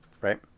right